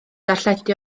darlledu